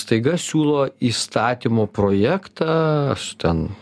staiga siūlo įstatymo projektą esu ten